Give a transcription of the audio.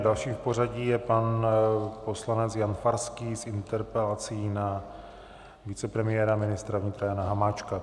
Dalším v pořadí je pan poslanec Jan Farský s interpelací na vicepremiéra a ministra vnitra Jana Hamáčka.